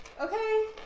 Okay